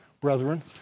brethren